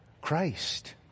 Christ